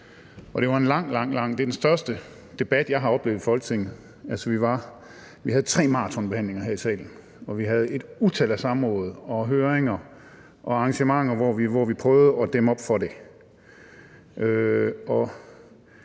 debat – den største debat, jeg har oplevet i Folketinget. Vi havde tre maratonbehandlinger her i salen, og vi havde et utal af samråd og høringer og arrangementer, hvor vi prøvede at dæmme op for det.